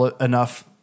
enough